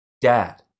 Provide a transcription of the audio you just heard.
dad